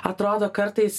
atrodo kartais